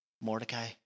Mordecai